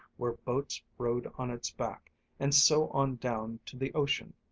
where boats rode on its back and so on down to the ocean.